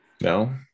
no